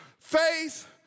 Faith